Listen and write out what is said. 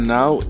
now